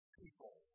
people